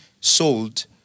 sold